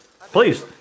Please